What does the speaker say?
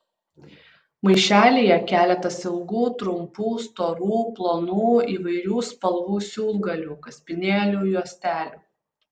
maišelyje keletas ilgų trumpų storų plonų įvairių spalvų siūlgalių kaspinėlių juostelių